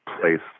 place